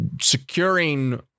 securing